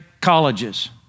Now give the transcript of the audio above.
colleges